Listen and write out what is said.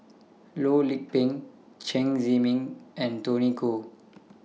Loh Lik Peng Chen Zhiming and Tony Khoo